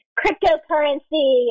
cryptocurrency